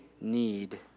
need